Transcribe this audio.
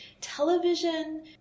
television